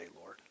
Lord